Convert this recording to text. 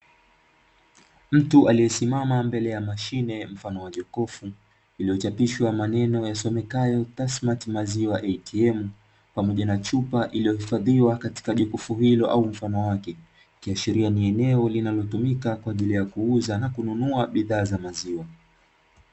Mtu aliyesimama mbele ya mashine mfano wa jokofu, iliyochapishwa maneno yasomekayo 'tasmati maziwa atm' pamoja na chupa iliyohifadhiwa katika jokofu hilo au mfano wake, ikiashiria ni eneo linalotumika kwa ajili ya kuuza na kununua bidhaa za maziwa.